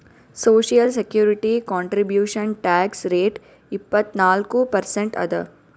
social security contribution tax rate ಇಪ್ಪತ್ನಾಲ್ಕು percent ಅದ